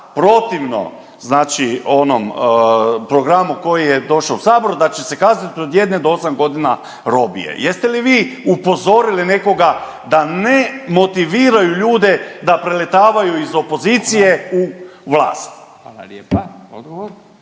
protivno, znači onom programu koji je došao u Sabor, da će se kazniti od 1-8 godina robije. Jeste li vi upozorili nekoga da ne motiviraju ljude da preletavaju iz opozicije u vlast. **Radin, Furio